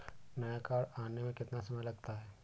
नया कार्ड आने में कितना समय लगता है?